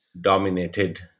dominated